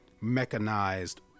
mechanized